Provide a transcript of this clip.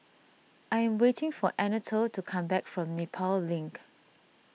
I am waiting for Anatole to come back from Nepal Link